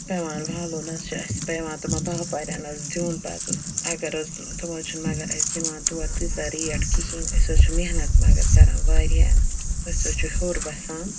پٮ۪وان والُن حظ چھُ اسہِ پٮ۪وان تِمَن باپارٮ۪ن دِیُن پتہٕ اگر حٕظ تِم حٕظ چھِنہٕ مگر اسہِ دِوان پتہٕ تیٖژا ریٹ کِہیٖنۍ أسۍ حٕظ چھِ مٮ۪حنَت مگر کَران وارِیاہ أسۍ حٕظ چھِ ہِیوٚر بَسان